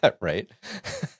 Right